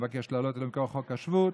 מבקש לעלות לפי חוק השבות,